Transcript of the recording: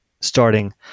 starting